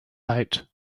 out